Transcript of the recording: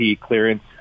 clearance